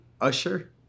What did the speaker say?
Usher